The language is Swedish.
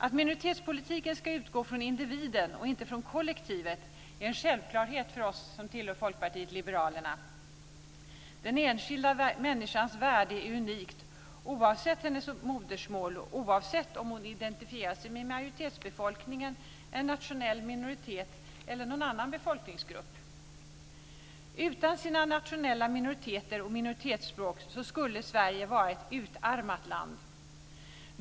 Att minoritetspolitiken ska utgå från individen och inte från kollektivet är en självklarhet förr oss som tillhör Folkpartiet liberalerna. Den enskilda människans värde är unikt oavsett hennes modersmål och oavsett om hon identifierar sig med majoritetsbefolkningen, en nationell minoritet eller någon annan befolkningsgrupp. Utan sina nationella minoriteter och minoritetsspråk skulle Sverige vara ett utarmat land.